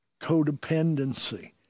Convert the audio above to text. codependency